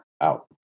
Out